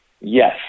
Yes